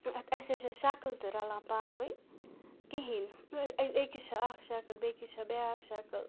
اَتہِ اَسہِ شَکٕل تہِ رَلان پانہٕ ؤنۍ کِہیٖنۍ أکِس چھِ اَکھ شَکٕل بیٚکِس چھٚ بیٛاکھ شَکٕل